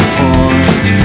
point